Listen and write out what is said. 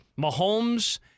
Mahomes